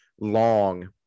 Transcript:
long